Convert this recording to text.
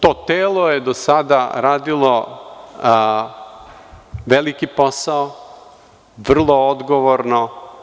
To telo je do sada radilo veliki posao, vrlo odgovorno.